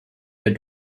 der